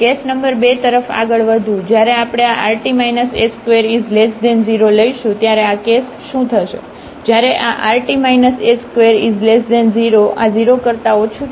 case number 2 તરફ આગળ વધવું જ્યારે આપણે આ rt s20 લઈશું ત્યારે આ કેસ શું થશે જ્યારે આ rt s20આ 0 કરતા ઓછું છે